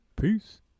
Peace